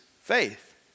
faith